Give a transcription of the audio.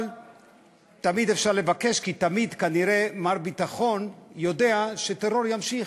אבל תמיד אפשר לבקש כי תמיד כנראה מר ביטחון יודע שטרור יימשך,